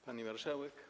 Pani Marszałek!